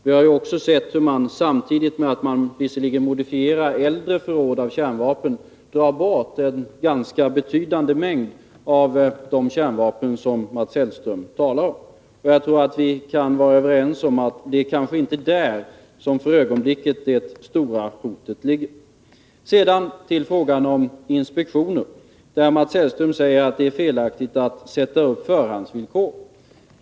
Vi har också sett hur man, samtidigt med att man modifierar äldre förråd av kärnvapen, drar bort en betydande mängd av de kärnvapen som Mats Hellström talar om. Jag tror att vi kan vara överens om att det inte är där som det stora hotet för ögonblicket ligger. Sedan till frågan om inspektioner. Mats Hellström säger att det är felaktigt att sätta upp förhandsvillkor.